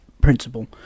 principle